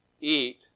Eat